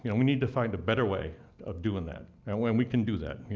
and we need to find a better way of doing that. and when we can do that.